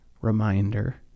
reminder